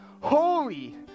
holy